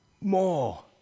more